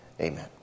Amen